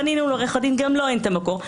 פנינו לעורך דין, וגם אצלו אין את המקור.